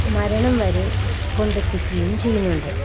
മരണം വരെ കൊണ്ടെത്തിക്കുകയും ചെയ്യുന്നുണ്ട്